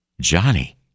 Johnny